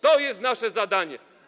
To jest nasze zadanie.